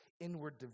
inward